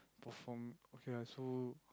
perform okay lah so